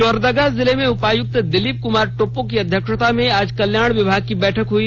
लोहरदगा जिले में उपायुक्त दिलीप कुमार टोप्पो की अध्यक्षता में आज कल्याण विभाग की बैठक हई